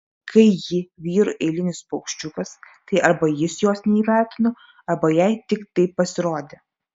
kai ji vyrui eilinis paukščiukas tai arba jis jos neįvertino arba jai tik taip pasirodė